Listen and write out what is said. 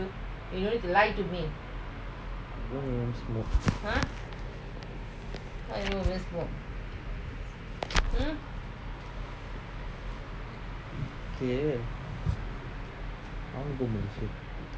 I don't even smoke okay I want go malaysia